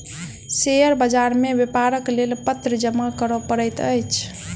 share बाजार मे व्यापारक लेल पत्र जमा करअ पड़ैत अछि